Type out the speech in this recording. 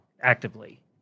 Actively